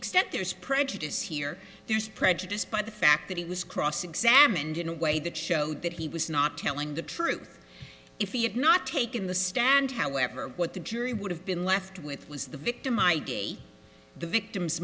extent there's prejudice here there's prejudice but the fact that he was cross examined in a way that showed that he was not telling the truth if he had not taken the stand however what the jury would have been left with was the victim id the victim